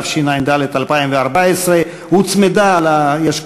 התשע"ד 2014. יש,